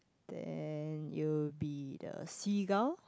then it'll be the seagull